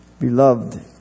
beloved